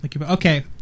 Okay